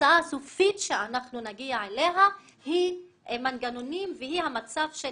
התוצאה הסופית שאנחנו נגיע אליה היא מנגנונים והיא המצב של